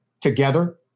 together